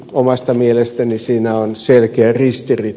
omasta mielestäni siinä on selkeä ristiriita